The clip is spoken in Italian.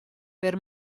per